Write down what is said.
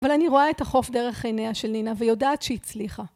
אבל אני רואה את החוף דרך עיניה של נינה ויודעת שהיא הצליחה.